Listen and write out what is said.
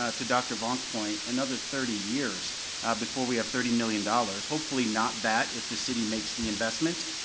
ah to doctor vonck's point, another thirty years before we have thirty million dollars. hopefully not that if the city makes the investment.